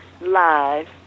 live